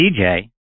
DJ